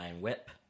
whip